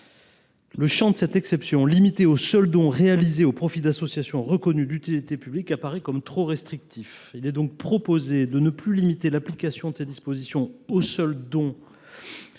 le champ de cette exception, limité aux seuls dons réalisés au profit d’associations reconnues d’utilité publique, apparaît comme trop restrictif. Il est donc proposé de ne plus limiter le droit à déduction de la TVA aux seuls dons adressés